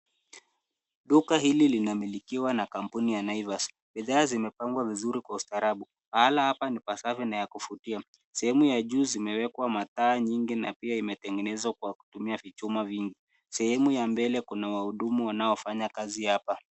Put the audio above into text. Duka hili linamilikiwa na kampuni ya Naivas . Bidhaa zimepangwa vizuri kwa ustarabu. Mahala hapa ni pasafi na ya kuvutia. Sehemu ya juu zimewekwa mataa nyingi na pia imetengenezwa kwa kutumia vichuma vingi. Sehemu ya mbele kuna wahudumu wanaofanya kazi hapa.